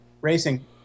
racing